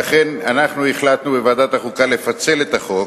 לכן אנחנו החלטנו, בוועדת החוקה, לפצל את החוק,